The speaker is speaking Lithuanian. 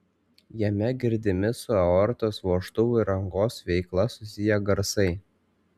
jame girdimi su aortos vožtuvo ir angos veikla susiję garsai